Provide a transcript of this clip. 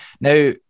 Now